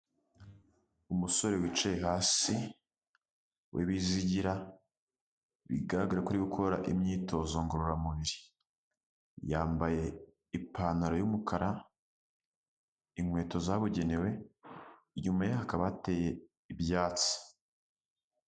Umusore wicaye hasi w'ibizigira, bigaragara ko ari gukora imyitozo ngororamubiri. Yambaye ipantaro y'umukara, inkweto zabugenewe, inyuma ye hakaba hateye ibyatsi.